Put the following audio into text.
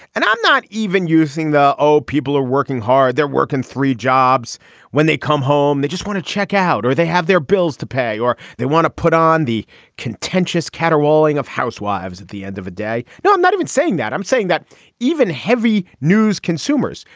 and i'm not even using the oh, people are working hard. they're working three jobs when they come home. they just want to check out or they have their bills to pay or they want to put on the contentious caterwauling of housewives at the end of a day. no, i'm not even saying that. i'm saying that even heavy news consumers,